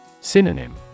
Synonym